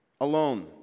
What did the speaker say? alone